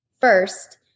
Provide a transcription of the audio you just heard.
first